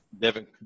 Devin